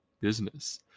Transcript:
business